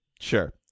Sure